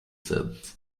said